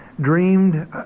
dreamed